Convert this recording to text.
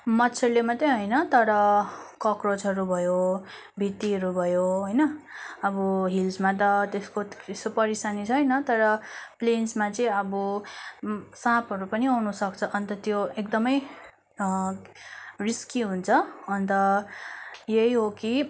मच्छडले मात्रै होइन तर ककरोचहरू भयो भित्तीहरू भयो होइन अब हिल्समा त त्यस्को त्यस्तो परिसानी छैन तर प्लेन्समा चाहिँ अब साँपहरू पनि आउन सक्छ अन्त त्यो एकदमै रिस्की हुन्छ अन्त यही हो कि